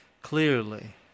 clearly